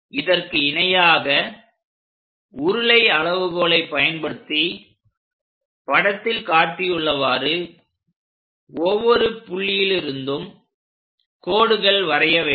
இதற்கு இணையாக உருளை அளவுகோலை பயன்படுத்தி படத்தில் காட்டியுள்ளவாறு ஒவ்வொரு புள்ளிகளில் இருந்தும் கோடுகள் வரைய வேண்டும்